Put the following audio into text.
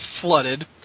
flooded